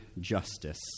justice